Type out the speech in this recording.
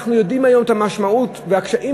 אנחנו יודעים היום מה המשמעות והקשיים